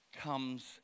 comes